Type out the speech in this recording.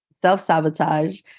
self-sabotage